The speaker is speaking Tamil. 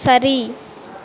சரி